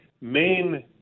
main